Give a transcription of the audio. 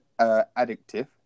addictive